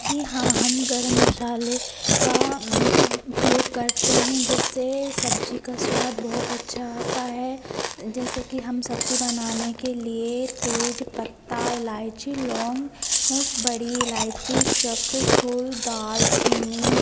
जी हाँ हम गरम मसाले का उपयोग करते हैं जिससे सब्ज़ी का स्वाद बहुत अच्छा आता है जैसे कि हम सब्ज़ी बनाने के लिए तेजपत्ता इलाइची लौन्ग बड़ी इलायची चक्रफूल दालचीनी